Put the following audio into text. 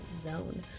zone